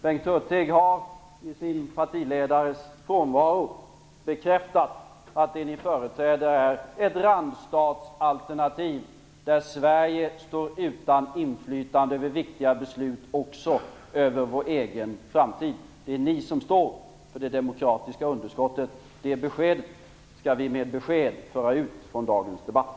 Bengt Hurtig har, i sin partiledares frånvaro, bekräftat att det ni i Vänsterpartiet företräder här är ett randstatsalternativ, där Sverige står utan inflytande över viktiga beslut, också över vår egen framtid. Det är ni som står för det demokratiska underskottet. Det beskedet skall vi med kraft föra ut från dagens debatt.